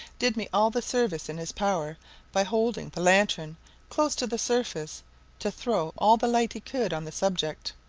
did me all the service in his power by holding the lantern close to the surface to throw all the light he could on the subject,